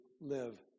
live